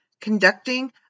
conducting